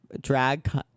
Drag